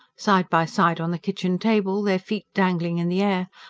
side by side on the kitchen-table, their feet dangling in the air,